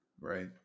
right